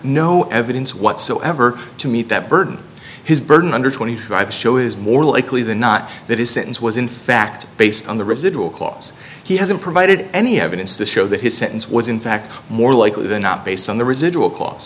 no evidence whatsoever to meet that burden his burden under twenty five show is more likely than not that his sentence was in fact based on the residual clause he hasn't provided any evidence to show that his sentence was in fact more likely than not based on the residual c